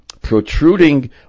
protruding